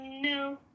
No